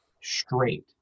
straight